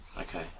okay